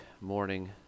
morning